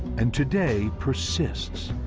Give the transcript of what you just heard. and, today, persists,